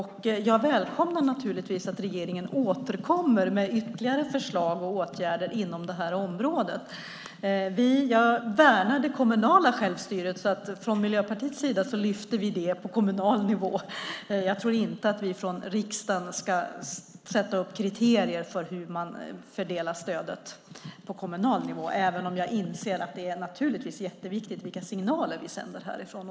Jag välkomnar naturligtvis att regeringen återkommer med ytterligare förslag och åtgärder inom det här området. Jag värnar det kommunala självstyret. Vi i Miljöpartiet lyfter detta på kommunal nivå. Jag tror inte att vi i riksdagen ska sätta upp kriterier för hur man fördelar stödet på kommunal nivå, även om jag inser att det är jätteviktigt vilka signaler vi sänder härifrån.